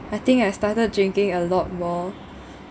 I think I started drinking a lot more